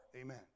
Amen